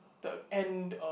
the end of